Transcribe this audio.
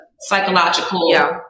psychological